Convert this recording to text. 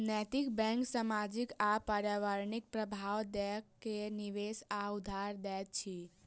नैतिक बैंक सामाजिक आ पर्यावरणिक प्रभाव देख के निवेश वा उधार दैत अछि